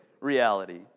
reality